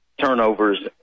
turnovers